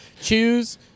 Choose